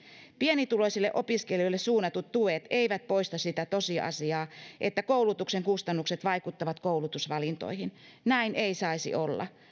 pienituloisille opiskelijoille suunnatut tuet eivät poista sitä tosiasiaa että koulutuksen kustannukset vaikuttavat koulutusvalintoihin näin ei saisi olla